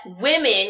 women